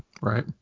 Right